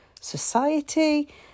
society